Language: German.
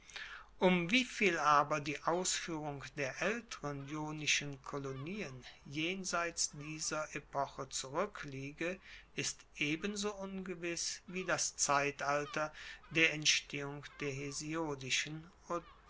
um wieviel aber die ausfuehrung der aelteren ionischen kolonien jenseits dieser epoche zurueckliege ist ebenso ungewiss wie das zeitalter der entstehung der